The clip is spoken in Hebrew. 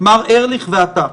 מר ארליך ואתה.